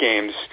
games